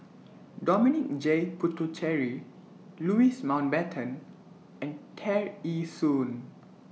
Dominic J Puthucheary Louis Mountbatten and Tear Ee Soon